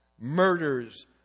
murders